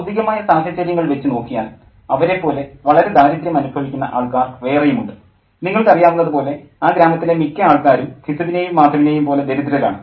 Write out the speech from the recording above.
ഭൌതികമായ സാഹചര്യങ്ങൾ വച്ചു നോക്കിയാൽ അവരെപ്പോലെ വളരെ ദാരിദ്ര്യം അനുഭവിക്കുന്ന ആൾക്കാർ വേറെയും ഉണ്ട് നിങ്ങൾക്കറിയാവുന്നതു പോലെ ആ ഗ്രാമത്തിലെ മിക്ക ആൾക്കാരും ഘിസുവിനേയും മാധവിനേയും പോലെ ദരിദ്രരാണ്